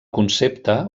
concepte